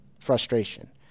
frustration